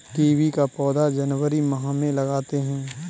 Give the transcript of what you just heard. kiwi का पौधा जनवरी माह में लगाते हैं